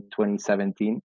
2017